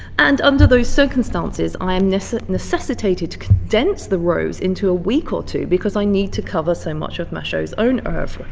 and under those circumstances i am ah necessitated to condense the rose into a week or two because i need to cover so much of machaut's own oeuvre.